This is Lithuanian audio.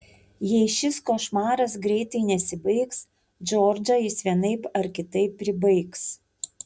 jei šis košmaras greitai nesibaigs džordžą jis vienaip ar kitaip pribaigs